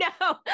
no